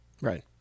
Right